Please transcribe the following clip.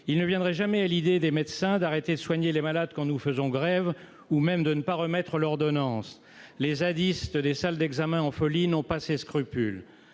Il ne viendrait jamais à l'idée des médecins d'arrêter de soigner les malades quand nous faisons grève ou même de ne pas remettre l'ordonnance. Les zadistes des salles d'examen en folie n'ont pas ces scrupules